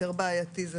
יותר בעייתי זה